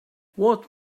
what